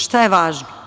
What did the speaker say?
Šta je važno?